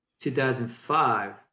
2005